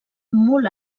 molt